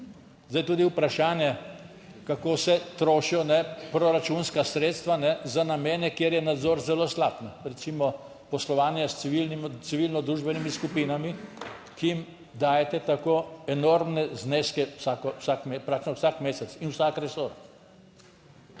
Zdaj tudi vprašanje, kako se trošijo proračunska sredstva za namene, kjer je nadzor zelo slab, recimo poslovanje s civilno-družbenimi skupinami, ki jim dajete tako enormne zneske, vsak praktično vsak mesec